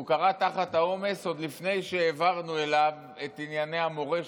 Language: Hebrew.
הוא כרע תחת העומס עוד לפני שהעברנו אליו את ענייני המורשת,